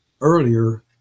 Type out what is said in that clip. earlier